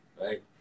Right